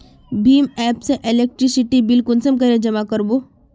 भीम app से electricity bill कुंसम करे जमा कर बो?